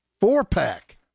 four-pack